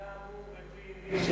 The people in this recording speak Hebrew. הוא בן-אדם מאוד פתוח.